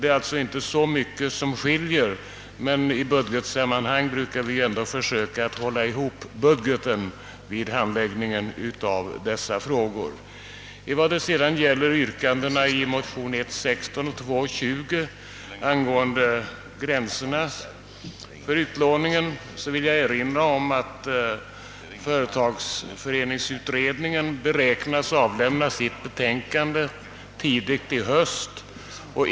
Det är alltså inte så mycket som skiljer utskottets förslag från motionärernas, men vi brukar ju försöka att hålla ihop budgeten vid handläggningen av dessa frågor. När det sedan gäller yrkandena i motion I: 16 och II: 20 angående gränserna för utlåningen vill jag erinra om att företagareföreningsutredningen beräknas avlämna sitt betänkande tidigt i höst.